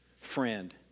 friend